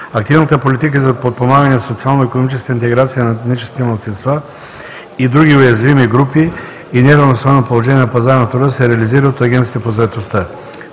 Активната политика за подпомагане на социално-икономическата интеграция на етническите малцинства и други уязвими групи в неравностойно положение на пазара на труда се реализира от Агенцията по заетостта.